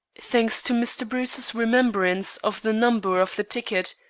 thanks to mr. bruce's remembrance of the number of the ticket,